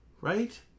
Right